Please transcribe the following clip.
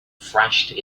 thrashed